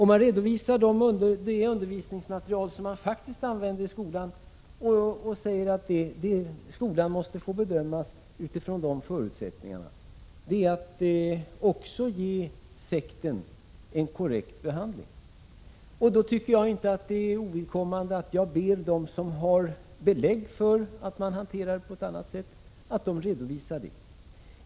Man redovisar det undervisningsmaterial som man faktiskt använder i skolan och säger att skolan måste få bedömas utifrån de förutsättningarna. Det är att också ge sekten en korrekt behandling. Då tycker jag inte att det är ovidkommande att jag ber dem som har belägg för att skolan hanterar undervisningsmaterialet på ett annat sätt att redovisa detta.